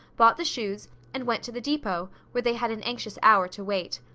bought the shoes, and went to the depot, where they had an anxious hour to wait.